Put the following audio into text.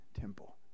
temple